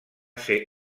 ser